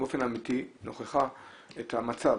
באופן אמיתי, נכוחה, את המצב.